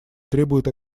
требуют